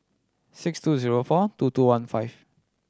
six two zero four two two one five